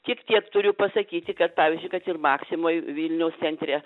tik tiek turiu pasakyti kad pavyzdžiui kad ir maksimoj vilniaus centre